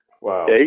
wow